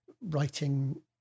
writing